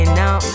now